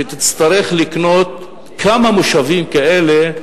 שתצטרך לקנות כמה מושבים כאלה,